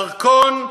דרכון,